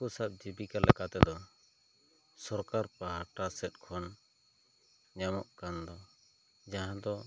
ᱦᱟᱹᱠᱩ ᱥᱟᱵ ᱡᱤᱵᱤᱠᱟ ᱞᱮᱠᱟᱛᱮ ᱫᱚ ᱥᱚᱨᱠᱟᱨ ᱯᱟᱦᱴᱟ ᱥᱮᱫ ᱠᱷᱚᱱ ᱧᱟᱢᱚᱜ ᱠᱟᱱ ᱡᱟᱦᱟᱸ ᱫᱚ